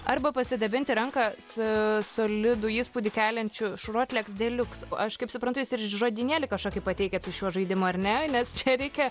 arba pasidabinti ranką su solidų įspūdį keliančiu šrotlegs deliuks aš kaip suprantu jūs ir žodynėlį kažkokį pateikiat su šiuo žaidimu ar ne nes čia reikia